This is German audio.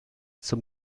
zum